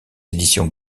éditions